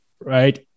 Right